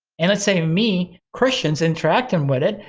and i say, me, christian's interacting with it.